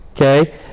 okay